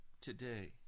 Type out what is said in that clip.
today